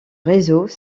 réseaux